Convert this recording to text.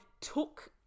took